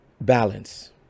Balance